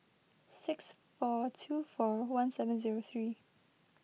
six four two four one seven zero three